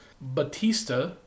Batista